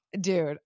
Dude